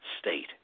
state